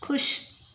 खु़शि